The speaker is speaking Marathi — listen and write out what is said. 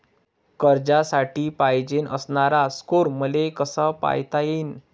कर्जासाठी पायजेन असणारा स्कोर मले कसा पायता येईन?